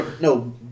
No